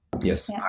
yes